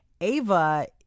Ava